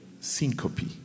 syncope